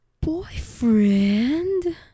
boyfriend